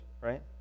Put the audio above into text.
right